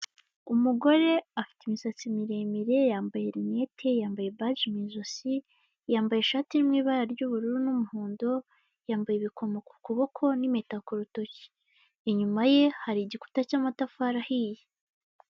Umugore afite imisatsi miremire, yambaye rinete, yambaye baji mu ijosi, yambaye ishati iri mu ibara ry'ubururu n'umuhondo, yambaye ibikomo ku kuboko n'impeta ku rutoki, inyuma ye hari igikuta cy'amatafari ahiye.